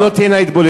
שלא תהיה התבוללות.